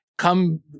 come